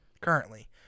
currently